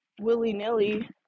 willy-nilly